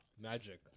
Magic